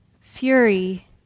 fury